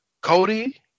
Cody